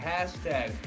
Hashtag